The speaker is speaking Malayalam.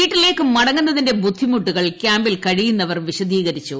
വീട്ടിലേക്ക് മടങ്ങുന്നതിന്റെ ബുദ്ധിമുട്ടുകൾ ക്യാമ്പിൽ കഴിയുന്നവർ വിശദീകരിച്ചു